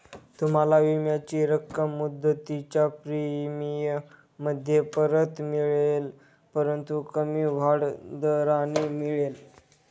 तुम्हाला विम्याची रक्कम मुदतीच्या प्रीमियममध्ये परत मिळेल परंतु कमी वाढ दराने मिळेल